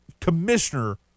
commissioner